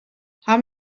haben